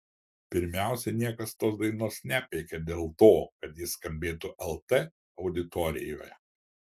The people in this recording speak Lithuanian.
pirmiausia niekas tos dainos nepeikė dėl to kad ji skambėtų lt auditorijoje